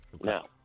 Now